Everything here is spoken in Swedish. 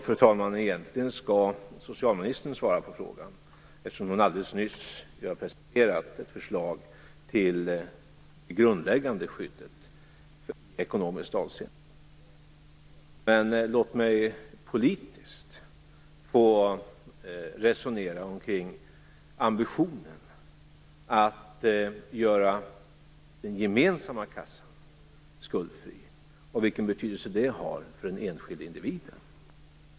Fru talman! Egentligen skall socialministern svara på frågan, eftersom hon alldeles nyss har presenterat ett förslag till det grundläggande skyddet i ekonomiskt avseende i samhället. Men låt mig politiskt få resonera omkring ambitionen att göra den gemensamma kassan skuldfri och vilken betydelse det har för den enskilde individen.